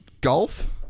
golf